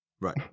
right